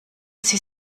sie